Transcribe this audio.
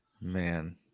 Man